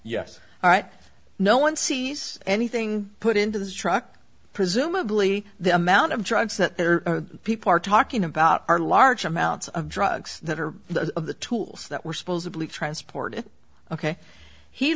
yes all right no one sees anything put into the truck presumably the amount of drugs that people are talking about are large amounts of drugs that are of the tools that were supposedly transported ok he